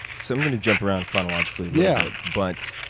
so i'm going to jump around chronologically a yeah but